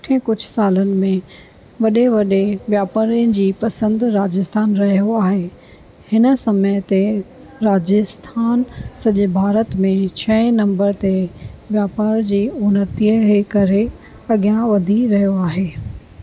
पुठे कुझु सालनि में वॾे वॾे वापारियुनि जी पसंदि राजस्थान रहियो आहे हिन समय ते राजस्थान सॼे भारत में छह नम्बर ते वापार जी उनतीअ जे करे अॻियां वधी रहियो आहे